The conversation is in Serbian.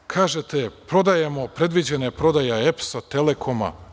Vi kažete – prodajemo, predviđena prodaja EPS-a, Telekoma.